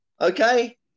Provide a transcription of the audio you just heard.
Okay